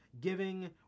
Giving